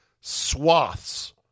swaths